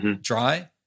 dry